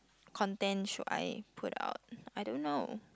content should I put out I don't know